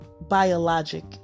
Biologic